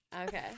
Okay